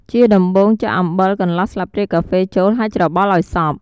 ជាដំបូង ចាក់អំបិលកន្លះស្លាបព្រាកាហ្វេចូល ហើយច្របល់ឱ្យសព្វ។